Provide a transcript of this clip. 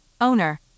owner